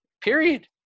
period